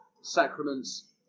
Sacraments